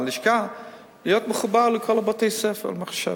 להיות מחובר לכל בתי-הספר במחשב.